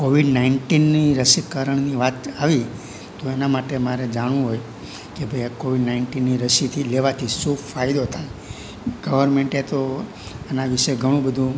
Covid નાઈન્ટીનની રશીકરણની વાત આવી તો એના માટે મારે જાણવું હોય કે ભઈ આ કોવિડ નાઈન્ટીનની રશીથી લેવાથી શું ફાયદો થાય ગવર્મેન્ટે તો આના વિશે ઘણું બધું